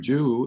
Jew